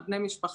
על בני משפחה.